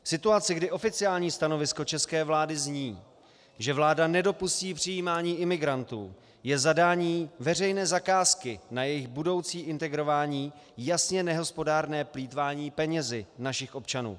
V situaci, kdy oficiální stanovisko české vlády zní, že vláda nedopustí přijímání imigrantů, je zadání veřejné zakázky na jejich budoucí integrování jasně nehospodárné plýtvání penězi našich občanů.